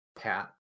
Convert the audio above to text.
pat